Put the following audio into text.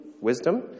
wisdom